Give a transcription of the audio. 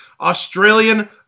Australian